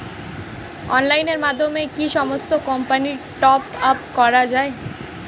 অনলাইনের মাধ্যমে কি সমস্ত কোম্পানির টপ আপ করা যায়?